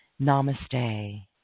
Namaste